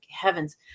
heavens